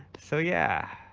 so yeah,